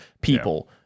people